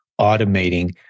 automating